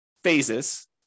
phases